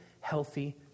healthy